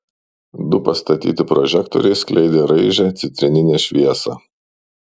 du pastatyti prožektoriai skleidė raižią citrininę šviesą